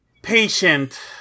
Patient